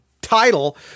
title